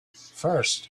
first